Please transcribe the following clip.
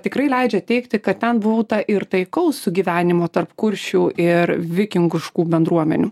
tikrai leidžia teigti kad ten būta ir taikaus sugyvenimo tarp kuršių ir vikingiškų bendruomenių